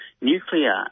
nuclear